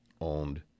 owned